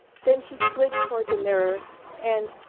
then she slid toward the mirror and,